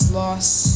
lost